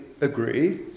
agree